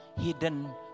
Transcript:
hidden